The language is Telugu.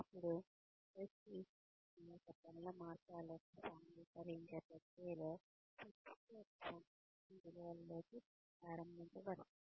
అప్పుడు వ్యక్తి తన యొక్క పనుల మార్గాల్లోకి సాంఘికీకరించే ప్రక్రియలో సంస్థ యొక్క సంస్కృతి విలువలలోకి ప్రారంభించబడతాయి